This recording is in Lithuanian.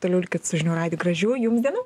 toliau likit su žinių radiju gražių jums dienų